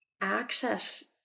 access